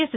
yes